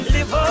Live